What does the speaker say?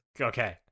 Okay